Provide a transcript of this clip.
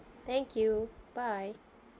thank you bye